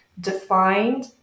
defined